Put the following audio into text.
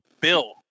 Bill